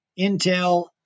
intel